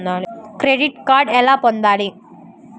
Credit card ఎలా పొందాలి?